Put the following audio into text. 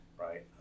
right